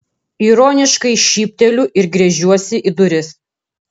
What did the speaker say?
ironiškai šypteliu ir gręžiuosi į duris